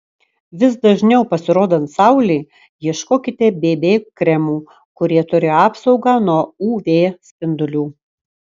vis dažniau pasirodant saulei ieškokite bb kremų kurie turi apsaugą nuo uv spindulių